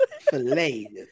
Filet